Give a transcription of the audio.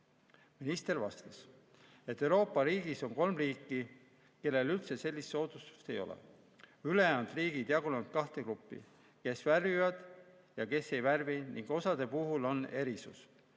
Minister vastas: Euroopas on kolm riiki, kellel üldse sellist soodustust ei ole. Ülejäänud riigid jagunenud kahte gruppi, osa värvib ja osa ei värvi, ning osa puhul on erisus.